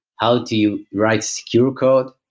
how do you write secure code?